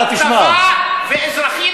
תדייק, אדוני.